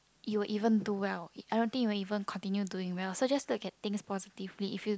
you will even do well I don't think you'll even continue doing well so just look at things positively if you